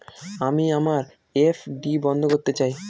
আমি আমার এফ.ডি বন্ধ করতে চাই